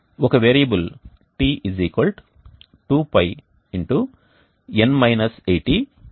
ఒక వేరియబుల్ t 2ΠN - 80365కి సమానం